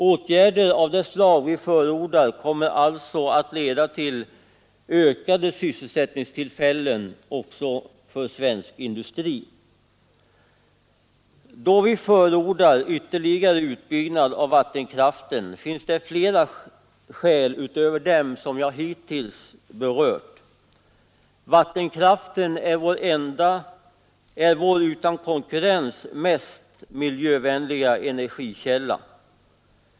Åtgärder av det slag vi förordar kommer alltså att leda till ökade sysselsättningstillfällen för svensk industri. Då vi förordar ytterligare utbyggnad av vattenkraften finns flera skäl utöver dem jag hittills berört. Vattenkraften är vår utan konkurrens mest miljövänliga energikälla.